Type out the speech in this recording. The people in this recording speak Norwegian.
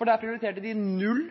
Der prioriterte de